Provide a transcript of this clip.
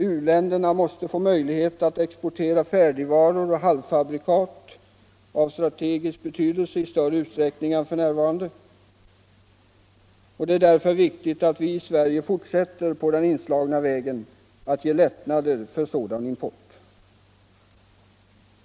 U-länderna måste få möjlighet att exportera färdigvaror och halvfabrikat av strategisk betydelse i större utsträckning än f. n., och det är därför viktigt att vi i Sverige fortsätter på den inslagna vägen att ge lättnader för sådan import.